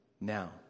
Now